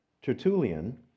Tertullian